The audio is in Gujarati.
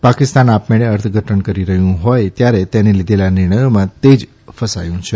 પાકિસ્તાન આપમેળે અર્થઘટન કરી રહ્યું હોય ત્યારે તેણે લીધેલા નિર્ણયોમાં તે જ ફસાયું છે